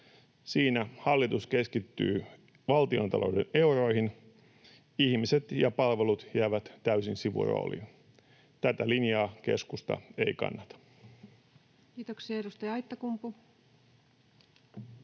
Siinä hallitus keskittyy valtiontalouden euroihin, ja ihmiset ja palvelut jäävät täysin sivurooliin. Tätä linjaa keskusta ei kannata. [Speech 24] Speaker: